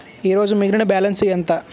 ఈరోజు మిగిలిన బ్యాలెన్స్ ఎంత?